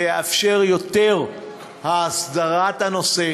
זה יאפשר יותר הסדרה של הנושא